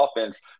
offense